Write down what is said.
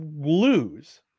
lose